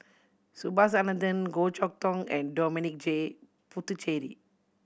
Subhas Anandan Goh Chok Tong and Dominic J Puthucheary